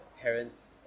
parents